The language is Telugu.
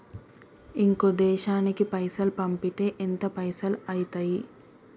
ఇంకో దేశానికి పైసల్ పంపితే ఎంత పైసలు అయితయి?